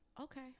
Okay